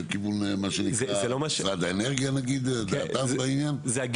לכיוון משרד האנרגיה בעניין זה?